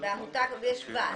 בעמותה יש ועד.